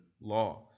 laws